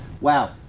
Wow